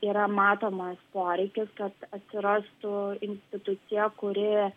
yra matomas poreikis kad atsirastų institucija kuri